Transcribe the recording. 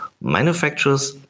manufacturers